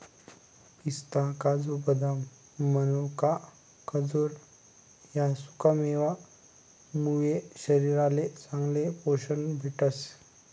पिस्ता, काजू, बदाम, मनोका, खजूर ह्या सुकामेवा मुये शरीरले चांगलं पोशन भेटस